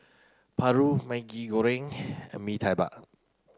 Paru Maggi Goreng and Mee Tai Bak